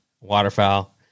waterfowl